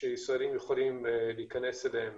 שישראלים יכולים להיכנס אליהן